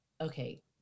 okay